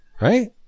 right